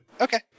Okay